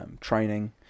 training